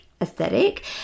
aesthetic